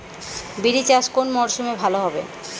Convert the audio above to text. বিরি চাষ কোন মরশুমে ভালো হবে?